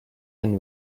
and